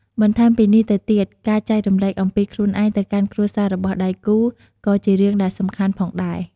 បន្ថែមពីនេះទៅទៀត ការចែករំលែកអំពីខ្លួនឯងទៅកាន់គ្រួសាររបស់ដៃគូរ ក៏ជារឿងដែលសំខាន់ផងដែរ។